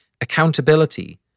accountability